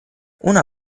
una